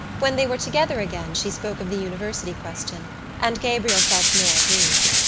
when they were together again she spoke of the university question and gabriel felt more at ease.